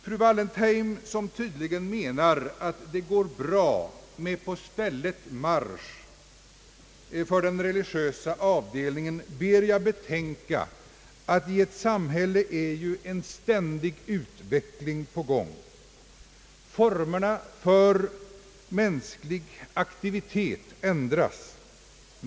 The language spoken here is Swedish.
Fru Wallentheim, som tydligen menar att det går bra med »på stället marsch» för den religiösa av delningen, ber jag betänka att i ett samhälle sker en ständig utveckling. Formerna för mänsklig aktivitet ändras.